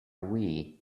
wii